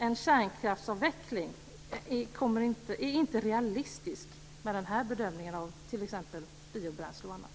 En kärnkraftsavveckling är inte realistisk med den här bedömningen av t.ex. biobränslen och annat.